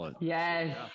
Yes